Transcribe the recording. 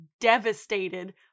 devastated